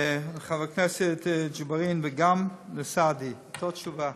לחבר הכנסת ג'בארין וגם לסעדי, אותה תשובה.